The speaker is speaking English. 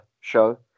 show